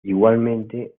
igualmente